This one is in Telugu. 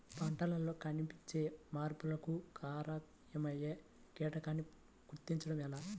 పంటలలో కనిపించే మార్పులకు కారణమయ్యే కీటకాన్ని గుర్తుంచటం ఎలా?